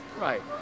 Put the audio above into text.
Right